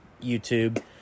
YouTube